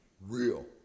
Real